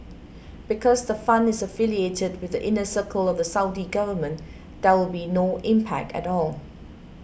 because the fund is affiliated with the inner circle of the Saudi government there will be no impact at all